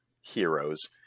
heroes